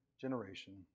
generation